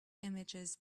images